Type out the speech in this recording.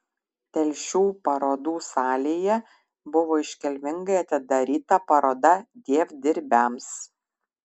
telšių parodų salėje buvo iškilmingai atidaryta paroda dievdirbiams